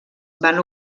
van